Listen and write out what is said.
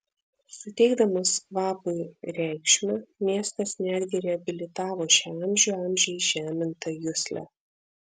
suteikdamas kvapui reikšmę miestas netgi reabilitavo šią amžių amžiais žemintą juslę